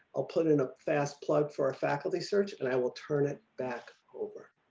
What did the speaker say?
i'll put in a fast plug for our faculty search and i will turn it back over.